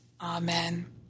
Amen